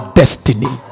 destiny